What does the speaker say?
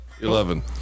Eleven